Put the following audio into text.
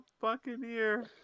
buccaneer